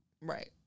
right